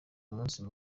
umunsi